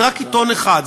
זה רק עיתון אחד,